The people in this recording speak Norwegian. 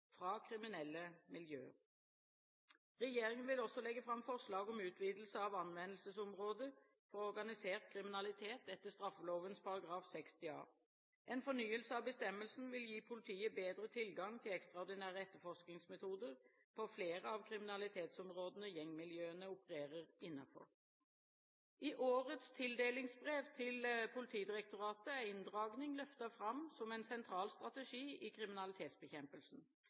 fra kriminelle miljøer. Regjeringen vil også legge fram forslag om utvidelse av anvendelsesområdet for organisert kriminalitet etter straffeloven § 60 a. En fornyelse av bestemmelsen vil gi politiet bedre tilgang til ekstraordinære etterforskingsmetoder på flere av kriminalitetsområdene gjengmiljøene opererer innenfor. I årets tildelingsbrev til Politidirektoratet er inndragning løftet fram som en sentral strategi i kriminalitetsbekjempelsen.